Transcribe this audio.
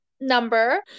number